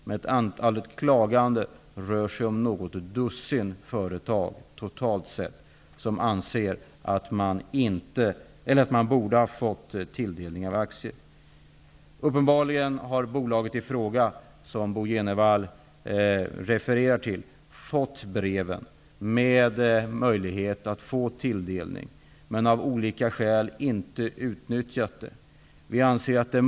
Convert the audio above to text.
Men antalet klagande rör sig om något dussin företag, som anser att de borde ha fått tilldelning av aktier. Uppenbarligen har det bolag som Bo G Jenevall refererat till fått breven med erbjudande om tilldelning. Men av olika skäl har bolaget inte utnyttjat det.